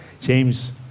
James